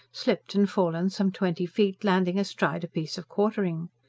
slipped and fallen some twenty feet, landing astride a piece of quartering.